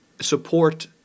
support